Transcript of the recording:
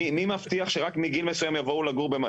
מי מבטיח שרק מגיל מסוים יבואו לגור?